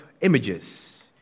images